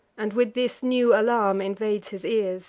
and with this new alarm invades his ears